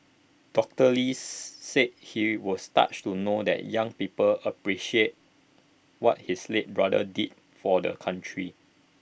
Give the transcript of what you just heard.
doctor lee said he was touched to know that young people appreciate what his late brother did for the country